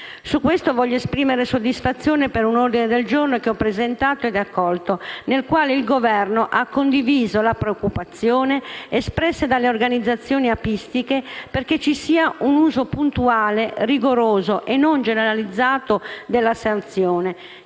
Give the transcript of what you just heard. Su questo voglio esprimere soddisfazione per un ordine del giorno che ho presentato e che è stato accolto, del quale il Governo ha condiviso la preoccupazione espressa dalle organizzazioni apistiche perché ci sia un uso puntuale, rigoroso e non generalizzato della sanzione,